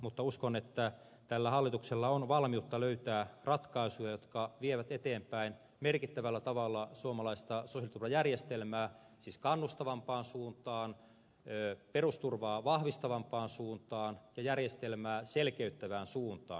mutta uskon että tällä hallituksella on valmiutta löytää ratkaisuja jotka vievät eteenpäin merkittävällä tavalla suomalaista sosiaaliturvajärjestelmää siis kannustavampaan suuntaan perusturvaa vahvistavampaan suuntaan ja järjestelmää selkeyttävään suuntaan